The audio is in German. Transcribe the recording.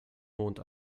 mond